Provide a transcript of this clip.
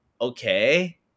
okay